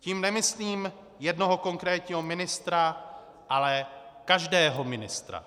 Tím nemyslím jednoho konkrétního ministra, ale každého ministra.